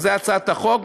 זו הצעת החוק.